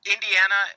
Indiana